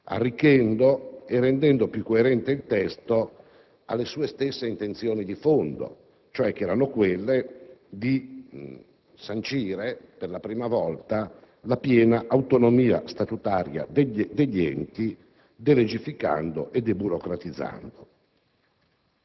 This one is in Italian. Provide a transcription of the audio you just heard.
arricchendo e rendendo più coerente il testo nelle sue stesse intenzioni di fondo, che erano quelle di sancire per la prima volta la piena autonomia statutaria degli enti, delegificando e «deburocratizzando».